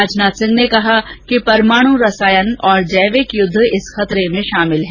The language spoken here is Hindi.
राजनाथ सिंह ने कहा कि परमाणु रसायन और जैविक यूद्ध इस खतरे में शामिल हैं